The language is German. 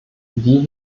wie